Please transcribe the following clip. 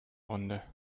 runde